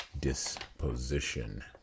disposition